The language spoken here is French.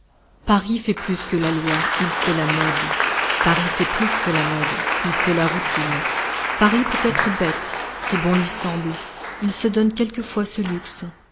paris fait plus que la loi il fait la mode paris fait plus que la mode il fait la routine paris peut être bête si bon lui semble il se donne quelquefois ce luxe